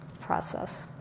process